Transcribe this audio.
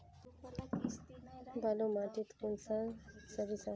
बालू माटित सारीसा कुंसम होबे?